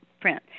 print